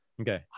Okay